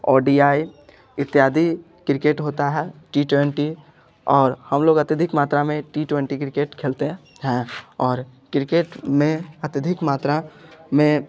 O D I इत्यादि cricket होता है टी ट्वेंटी और हम लोग अत्यधिक मात्रा में टी ट्वेंटी क्रिकेट खेलते हैं और क्रिकेट में अत्यधिक मात्रा में